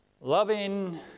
Loving